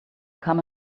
come